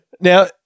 Now